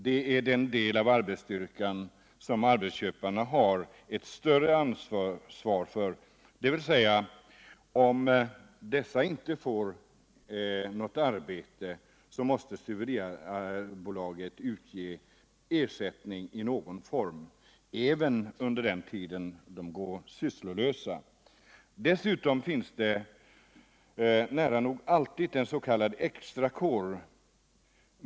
Den delen av arbetsstyrkan har arbetsköparen nämligen ett större ansvar för, dvs. om dessa arbetare inte erhåller något arbete måste stuveribolaget utge ersättning i någon form även under den tid de går sysslolösa. Dessutom finns nära nog alltid en s.k. extrakår.